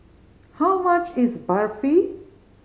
how much is Barfi